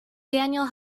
daniel